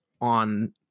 on